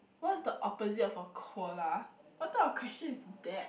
what is the opposite of a koala what type of question is that